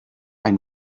ein